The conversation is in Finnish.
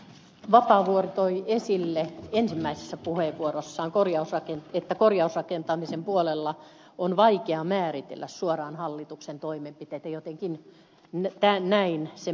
vapaavuori toi esille ensimmäisessä puheenvuorossaan että korjausrakentamisen puolella on vaikea määritellä suoraan hallituksen toimenpiteitä jotenkin näin se meni